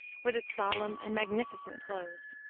with its solemn and magnificent close.